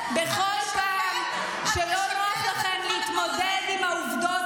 ויאריכו את ימי המילואים,